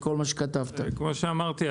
כמו שאמרתי,